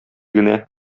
генә